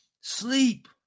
Sleep